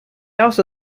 also